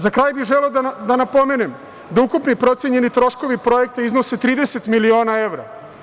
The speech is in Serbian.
Za kraj bih želeo da napomenem da ukupni procenjeni troškovi projekta iznose 30 miliona evra.